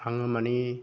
आङो माने